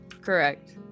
Correct